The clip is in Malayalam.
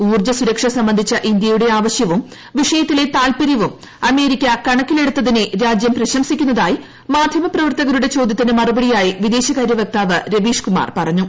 ഊർജ്ജ സുരക്ഷ സംബന്ധിച്ച ഇന്ത്യയുടെ ആവശ്യവും വിഷയത്തിലെ താൽപര്യവും അമേരിക്ക കണക്കിലെടുത്തതിനെ രാജ്യം പ്രശംസിക്കുന്നതായി മാധ്യമപ്രവർത്തകരുടെ ചോദൃത്തിന് മറുപടിയായി വിദേശകാരൃവക്താവ് രവീഷ്കുമാർ പറഞ്ഞു